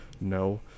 No